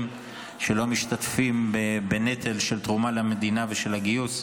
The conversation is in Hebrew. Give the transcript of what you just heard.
שלא משתתפים בנטל של התרומה למדינה ושל הגיוס,